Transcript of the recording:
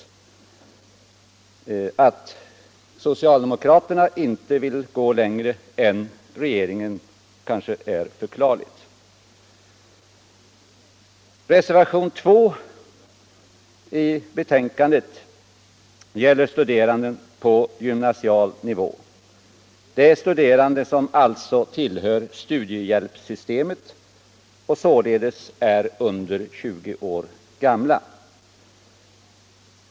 Att socialdemokraterna inte vill gå längre än regeringen kanske är förklarligt. Reservationen 2 i betänkandet gäller studerande på gymnasial nivå. Det är studerande som alltså tillhör studiehjälpssystemet och är under 20 år gamla.